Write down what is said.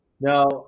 Now